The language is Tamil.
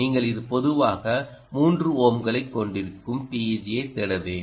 நீங்கள்இது பொதுவாக 3 ஓம்களைக் கொண்டிருக்கும் TEG ஐத் தேட வேண்டும்